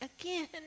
again